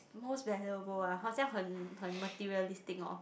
most valuable ah 好像很 materialistic hor